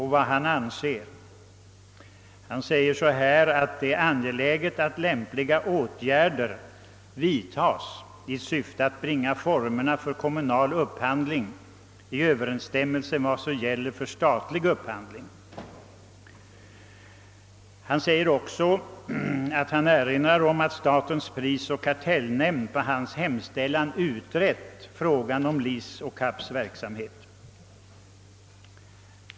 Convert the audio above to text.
Han har skrivit att han anser det angeläget att lämpliga åtgärder i motionens anda vidtas i syfte att bringa formerna för kommunal upphandling i överensstämmelse med vad som gäller för statlig upphandling, och han har erinrat om att statens prisoch kartellnämnd på hans begäran har utrett frågan om LIC:s och KAB:s verksamhet.